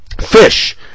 fish